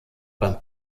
beim